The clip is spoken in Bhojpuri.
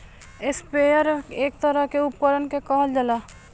स्प्रेयर एक तरह के उपकरण के कहल जाला